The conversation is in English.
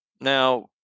Now